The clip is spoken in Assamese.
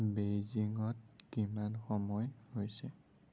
বেইজিঙত কিমান সময় হৈছে